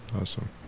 awesome